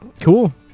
cool